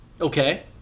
okay